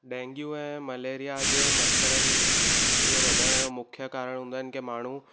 डैंगियूं ऐं मलेरिया जे मछरनि जे वधण जो मुख्य कारणु हूंदा आहिनि की माण्हू